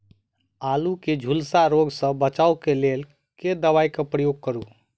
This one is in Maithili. आलु केँ झुलसा रोग सऽ बचाब केँ लेल केँ दवा केँ प्रयोग करू?